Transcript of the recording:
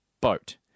boat